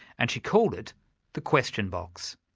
and she called it the question box.